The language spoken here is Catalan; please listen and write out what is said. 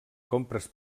compres